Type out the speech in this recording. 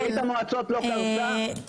ברית המועצות לא קרסה?